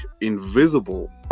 invisible